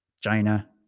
China